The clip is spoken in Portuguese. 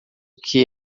que